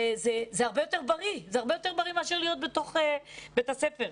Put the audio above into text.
זה הרבה יותר בריא מאשר להיות בתוך בית הספר.